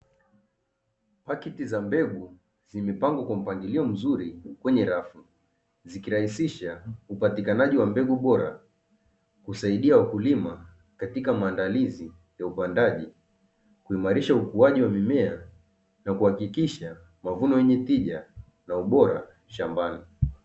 Pakiti za mbegu zimepangwa kwa mpangilio mzuri kwenye rafu, zikirahisisha upatikanaji wa mbegu bora, kusaidia wakulima katika maandalizi ya upandaji, kuimarisha ukuaji wa mimea na kuhakikisha mavuno yenye tija na ubora shambani.